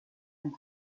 and